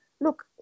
look